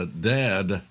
Dad